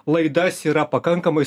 laidas yra pakankamai